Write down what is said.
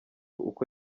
uko